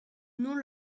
nom